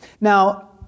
Now